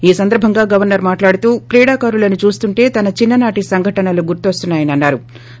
ఈ సందర్భంగా governor మాట్లాడుతూ క్రీడాకారులను చూస్తేంటే తన చిన్న నాటి సంఘటను గుర్తొస్తున్నా యని అన్నా రు